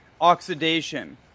oxidation